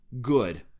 good